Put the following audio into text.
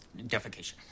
defecation